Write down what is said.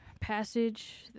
passage